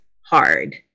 hard